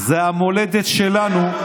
זו המולדת שלנו.